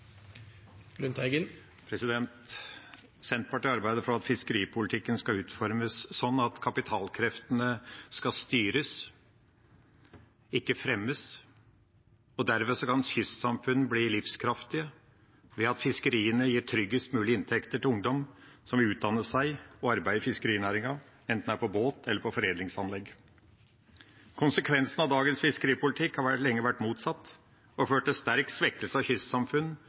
Senterpartiet arbeider for at fiskeripolitikken skal utformes sånn at kapitalkreftene skal styres, ikke fremmes. Derved kan kystsamfunn bli livskraftige ved at fiskeriene gir tryggest mulig inntekter til ungdom som vil utdanne seg og arbeide i fiskerinæringen, enten det er på båt eller på foredlingsanlegg. Konsekvensene av dagens fiskeripolitikk har lenge vært motsatt og ført til sterk svekkelse av kystsamfunn,